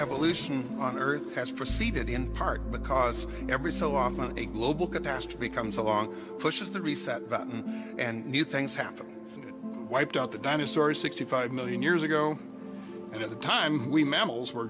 evolution on earth has proceeded in part because every so often a global catastrophe comes along pushes the reset button and new things happen wiped out the dinosaurs sixty five million years ago and at the time we mammals were